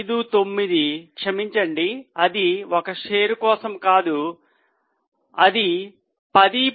59 క్షమించండి అది 1 షేర్ కోసం కాదు అది 10